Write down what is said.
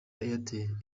airtel